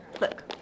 Look